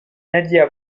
nadia